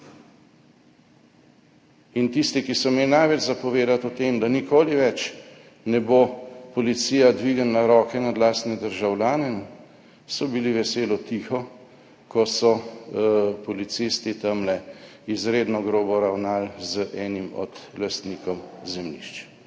In tisti, ki so imeli največ za povedati o tem, da nikoli več ne bo policija dvignila roke nad lastne državljane, so bili veselo tiho, ko so policisti tam izredno grobo ravnali z enim od lastnikov zemljišč